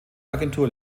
agentur